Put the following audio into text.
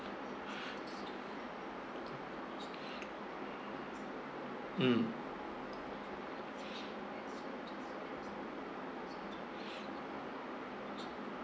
mm